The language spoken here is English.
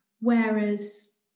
Whereas